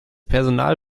personal